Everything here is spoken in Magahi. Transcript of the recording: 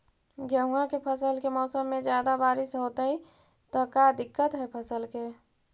गेहुआ के फसल के मौसम में ज्यादा बारिश होतई त का दिक्कत हैं फसल के?